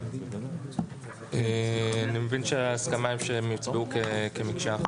אני מבין שההסכמה היא שהם יוצבעו כמקשה אחת.